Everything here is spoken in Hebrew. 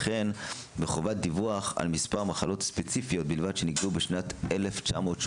וכן בחובת דיווח על מספר מחלות ספציפיות בלבד שנקבעו בשנת 1980,